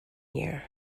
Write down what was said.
year